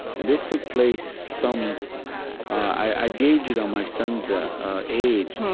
and this took place some i gauge it on my son's ah age.